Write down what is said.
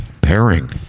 pairing